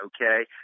okay